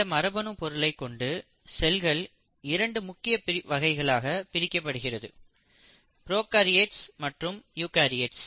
இந்த மரபணு பொருளைக் கொண்டு செல்கள் இரண்டு முக்கிய வகைகளாக பிரிக்கப்படுகிறது ப்ரோகாரியோட்ஸ் மற்றும் யூகரியோட்ஸ்